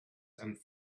and